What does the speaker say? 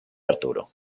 arturo